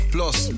Plus